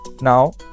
Now